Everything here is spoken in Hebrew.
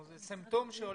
זה סימפטום.